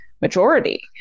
majority